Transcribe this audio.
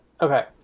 Okay